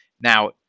Now